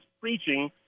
preaching